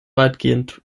weitestgehend